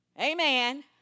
Amen